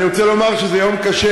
אני רוצה לומר שזה יום קשה.